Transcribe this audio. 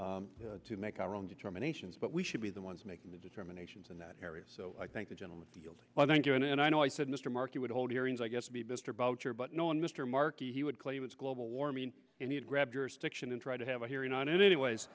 year to make our own determinations but we should be the ones making the determination and that area so i thank the gentleman field well thank you and i know i said mr markey would hold hearings i guess to be mr boucher but no one mr markey he would claim it's global warming and he'd grab your stiction and try to have a hearing on it anyways